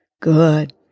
Good